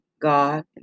God